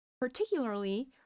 Particularly